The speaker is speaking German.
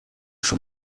schon